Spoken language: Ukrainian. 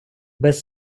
без